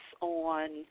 on